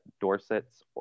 Dorset's